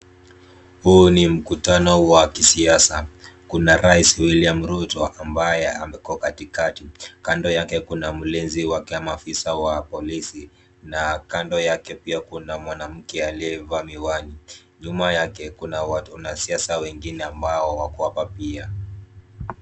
Huu ni mkutano wa kisiasa. Kuna Rais William Ruto, ambaye amekuwa katikati. Kando yake kuna mlinzi wake mafisa wa polisi, na kando yake pia kuna mwanamke aliyevaa miwani. Nyuma yake kuna wanasiasa wengine ambao wako hapa pia.